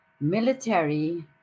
military